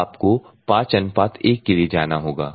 तब आपको 5 1 के लिए जाना होगा